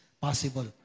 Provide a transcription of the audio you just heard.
possible